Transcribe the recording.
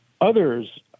others